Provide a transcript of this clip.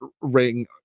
ring